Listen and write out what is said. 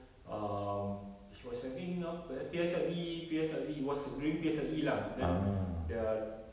um she was having apa eh P_S_L_E P_S_L_E it was during P_S_L_E lah then the